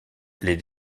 les